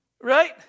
right